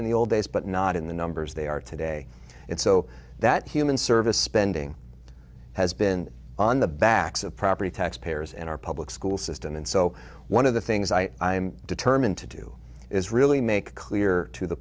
in the old days but not in the numbers they are today and so that human service spending has been on the backs of property tax payers and our public school system and so one of the things i am determined to do is really make clear to the